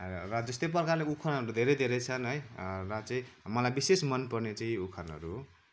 र जेस्तै प्रकारले उखानहरू धेरै धेरै छन् है र चाहिँ मलाई विशेष मनपर्ने चाहिँ यही उखानहरू हो